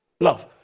Love